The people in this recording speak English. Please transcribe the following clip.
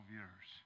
years